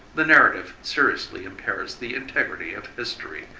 the narrative seriously impairs the integrity of history.